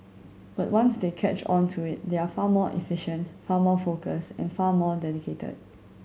but once they catch on to it they are far more efficient far more focused and far more dedicated